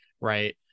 Right